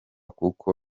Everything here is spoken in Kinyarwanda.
kuko